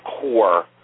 core